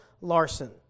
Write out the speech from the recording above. Larson